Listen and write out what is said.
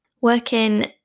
working